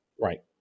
Right